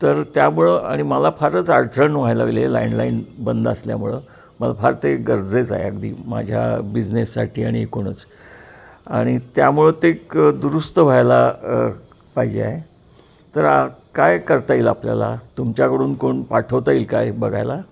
तर त्यामुळं आणि मला फारच अडचण व्हायला लागली आहे लँडलाईन बंद असल्यामुळं मला फार ते गरजेचं आहे अगदी माझ्या बिझनेससाठी आणि एकूणच आणि त्यामुळं ते एक दुरुस्त व्हायला पाहिजे आहे तर काय करता येईल आपल्याला तुमच्याकडून कोण पाठवता येईल काय बघायला